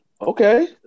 Okay